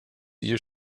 you